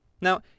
Now